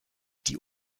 die